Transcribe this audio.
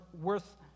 worth